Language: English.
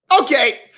Okay